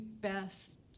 best